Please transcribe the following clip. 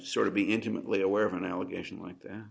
sort of be intimately aware of an allegation like th